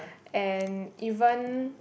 and even